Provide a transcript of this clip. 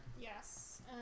Yes